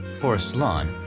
forest lawn,